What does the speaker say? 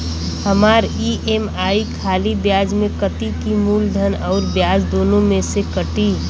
हमार ई.एम.आई खाली ब्याज में कती की मूलधन अउर ब्याज दोनों में से कटी?